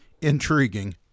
intriguing